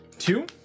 Two